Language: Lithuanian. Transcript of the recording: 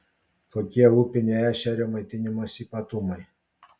kokie upinio ešerio maitinimosi ypatumai